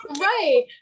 right